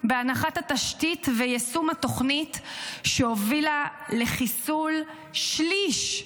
בהנחת התשתית ויישום התוכנית שהובילה לחיסול שליש,